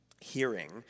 hearing